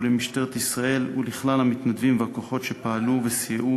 למשטרת ישראל ולכלל המתנדבים והכוחות שפעלו וסייעו